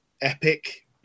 Epic